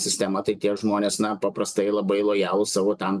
sistema tai tie žmonės na paprastai labai lojalūs savo tam